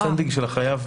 זכות עמידה של החייב.